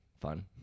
fun